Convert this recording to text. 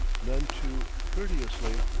none too courteously.